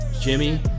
Jimmy